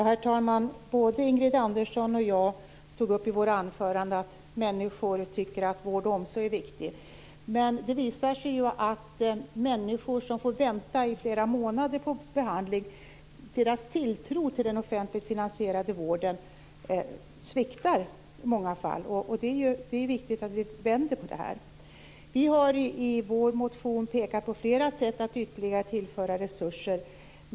Herr talman! Både Ingrid Andersson och jag tog upp i våra anföranden att människor tycker att vård och omsorg är viktigt. Men det visar sig att när människor får vänta i flera månader på behandling sviktar i många fall deras tilltro till den offentligt finansierade vården. Det är viktigt att vi vänder det här. Folkpartiet har i sin motion pekat på flera sätt att ytterligare tillföra resurser.